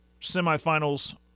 semifinals